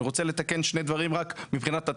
אני רוצה לתקן שני דברים רק מבחינת הטקסט,